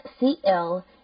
C-L